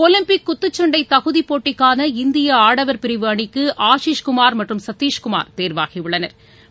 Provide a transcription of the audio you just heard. Olympic குத்துச்சண்டைதகுதிப் போட்டிக்கான இந்தியஆடவர் பிரிவு அணிக்குஆஷிஷ்குமார் மற்றும் சத்தீஷ்குமாா் தேர்வாகியுள்ளனா்